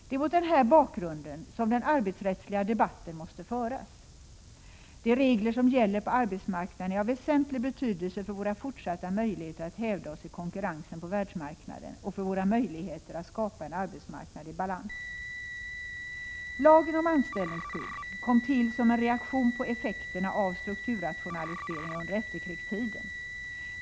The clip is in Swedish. Det är mot den här bakgrunden som den arbetsrättsliga debatten måste föras. De regler som gäller på arbetsmarknaden är av väsentlig betydelse för våra fortsatta möjligheter att hävda oss i konkurrensen på världsmarknaden och för våra möjligheter att skapa en arbetsmarknad i balans. Lagen om anställningsskydd kom till som en reaktion på effekterna av strukturrationaliseringen under efterkrigstiden.